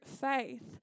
faith